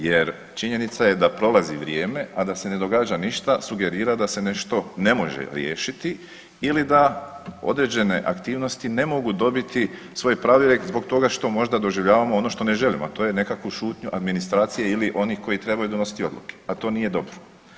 Jer, činjenica je da prolazi vrijeme, a da se ne događa ništa, sugerira da se nešto ne može riješiti ili da određene aktivnosti ne mogu dobiti svoj ... zbog toga što možda doživljavamo ono što ne želimo, a to je nekakvu šutnju administracije ili onih koji trebaju donositi odluke, a to nije dobro.